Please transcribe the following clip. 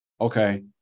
okay